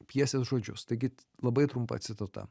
pjesės žodžius taigi labai trumpa citata